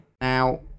Now